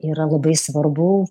yra labai svarbu